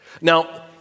Now